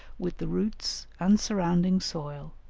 with the roots and surrounding soil,